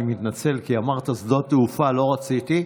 אני מתנצל, כי אמרת שדות תעופה ולא רציתי.